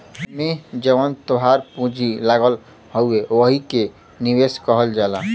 एम्मे जवन तोहार पूँजी लगल हउवे वही के निवेश कहल जाला